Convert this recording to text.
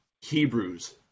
hebrews